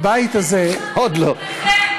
חברת הכנסת, לא יעזור.